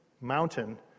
mountain